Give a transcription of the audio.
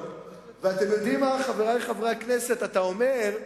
אתם יודעים, חברי חברי הכנסת, אתה אומר,